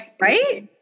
Right